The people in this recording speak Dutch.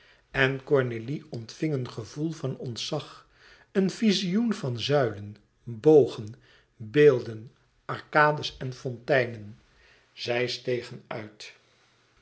en cornélie omving een gevoel van ontzag een vizioen van zuilen bogen beelden arcades en fonteinen zij stegen uit